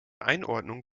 einordnung